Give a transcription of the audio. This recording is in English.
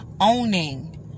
Owning